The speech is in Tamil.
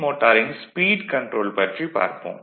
மோட்டாரின் ஸ்பீட் கன்ட்ரோல் பற்றி பார்ப்போம்